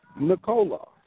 Nicola